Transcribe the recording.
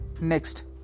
Next